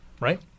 Right